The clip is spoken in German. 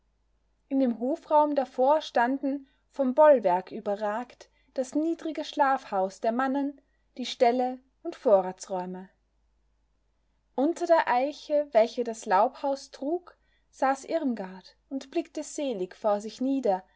in dem hofraum davor standen vom bollwerk überragt das niedrige schlafhaus der mannen die ställe und vorratsräume unter der eiche welche das laubhaus trug saß irmgard und blickte selig vor sich nieder